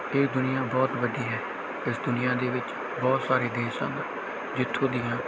ਇਹ ਦੁਨੀਆਂ ਬਹੁਤ ਵੱਡੀ ਹੈ ਇਸ ਦੁਨੀਆਂ ਦੇ ਵਿੱਚ ਬਹੁਤ ਸਾਰੇ ਦੇਸ਼ ਹਨ ਜਿੱਥੋਂ ਦੀਆਂ